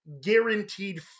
guaranteed